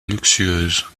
luxueuse